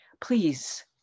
please